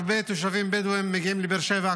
הרבה תושבים בדואים מגיעים לבאר שבע,